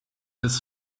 his